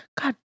God